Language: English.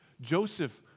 Joseph